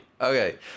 Okay